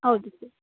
ಹೌದು ಸರ್